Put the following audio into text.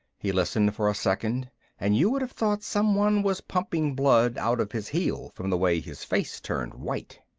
he listened for a second and you would have thought someone was pumping blood out of his heel from the way his face turned white.